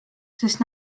sest